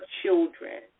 children